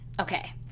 okay